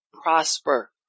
Prosper